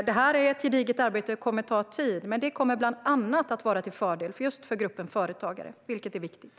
Detta är ett gediget arbete som kommer att ta tid, men det kommer att vara till fördel för bland annat just företagare, vilket är viktigt.